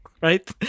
right